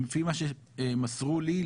לפי מה שמסרו לי,